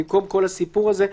במקום כל הסיפור הזה.